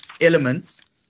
elements